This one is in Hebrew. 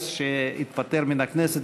שהתפטר מן הכנסת,